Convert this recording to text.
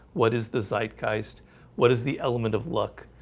what is the zeitgeist what is the element of luck?